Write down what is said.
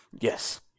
Yes